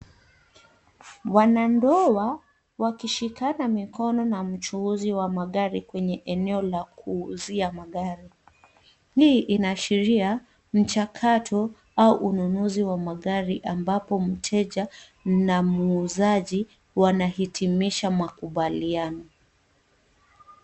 Wanandoa wakishikana mikono na mchuuzi wa magari kwenye eneo la kuuza magari. Hii inaashiria mchakato au ununuzi wa gari ambapo mteja na muuzaji wanahitimisha makubaliano.